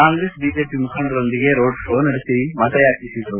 Congress BJP ಮುಖಂಡರೊಂದಿಗೆ road show ನಡೆಸಿ ಮತಯಾಚೆಸಿದರು